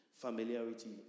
Familiarity